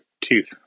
tooth